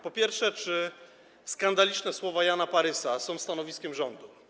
Po pierwsze: Czy skandaliczne słowa Jana Parysa są stanowiskiem rządu?